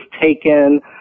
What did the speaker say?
taken